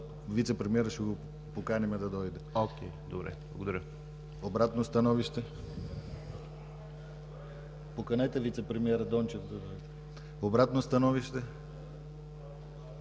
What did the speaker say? вицепремиера ще го поканим да дойде. Добре, благодаря. Обратно становище? Поканете вицепремиера Дончев да дойде. Обратно становище